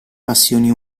passioni